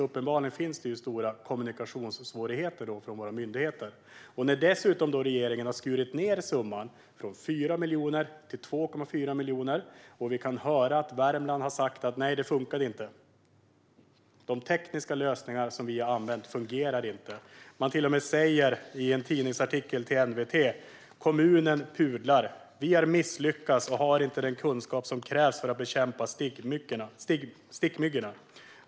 Uppenbarligen finns det alltså stora kommunikationssvårigheter från våra myndigheter. Regeringen har dessutom skurit ned summan från 4 miljoner till 2,4 miljoner, och i Värmland har man sagt att det inte funkade. De tekniska lösningar som har använts fungerade inte. Det sägs till och med i en tidningsartikel i NWT. Det står "Kommunen pudlar", och sedan: "- Vi har misslyckats och har inte den kunskap som krävs för att bekämpa stickmyggorna.